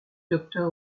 docteur